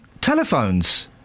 Telephones